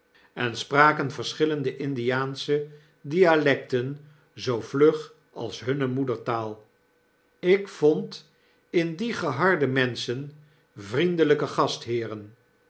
en spraken verschillende indiaansche dialecten zoo vlug als hunne moedertaal ik vond in die geharde menschen vriendeiyke gastheeren